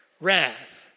wrath